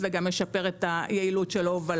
זה גם משפר את היעילות של ההובלה.